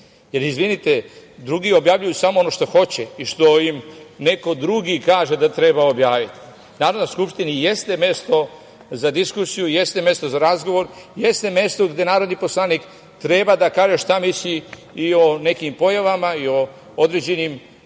Jer, izvinite drugi objavljuju samo ono što hoće ili ono što im neko drugi kaže da treba objaviti. Narodna skupština jeste mesto za diskusiju, jeste mesto za razgovor, jeste mesto gde narodni poslanik treba da kaže šta misli i o nekim pojavama i o određenim